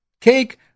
Cake